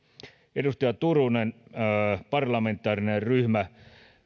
edustaja turuselle parlamentaarinen ryhmä